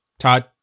Todd